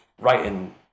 writing